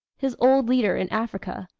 his old leader in africa.